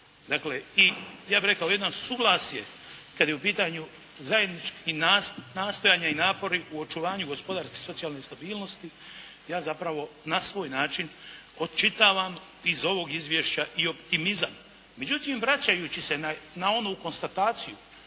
dakle i, ja bi rekao jedno suvlasje kada je u pitanju zajednički nastup, nastojanja i napori u očuvanju gospodarske i socijalne stabilnosti, ja zapravo na svoj način očitavam iz ovog izvješća i optimizam. Međutim, vračajući se na onu konstataciju